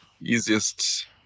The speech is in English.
easiest